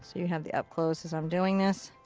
you have the up close as i'm doing this.